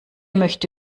möchte